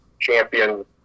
champion